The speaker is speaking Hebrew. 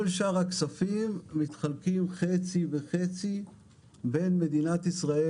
כל שאר הכספים מתחלקים חצי בחצי בין מדינת ישראל